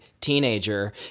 teenager